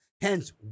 Hence